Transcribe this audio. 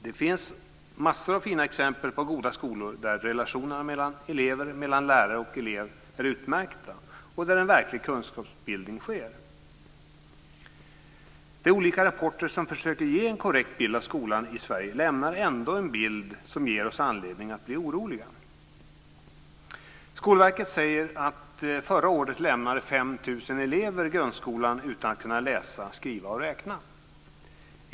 Det finns massor av fina exempel på goda skolor där relationerna mellan elever och mellan lärare och elev är utmärkta och där en verklig kunskapsbildning sker. De olika rapporter som försöker att ge en korrekt bild av skolan i Sverige lämnar ändå en bild som ger oss anledning att bli oroliga. Skolverket säger att förra året lämnade 5 000 elever grundskolan utan att kunna läsa, skriva och räkna.